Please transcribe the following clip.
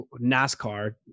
NASCAR